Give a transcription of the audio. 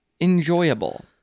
enjoyable